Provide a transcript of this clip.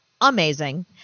amazing